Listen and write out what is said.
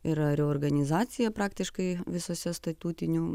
yra reorganizacija praktiškai visose statutinių